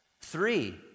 Three